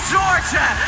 Georgia